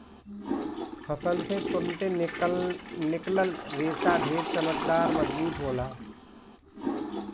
फसल से तुरंते निकलल रेशा ढेर चमकदार, मजबूत होला